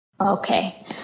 Okay